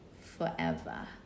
forever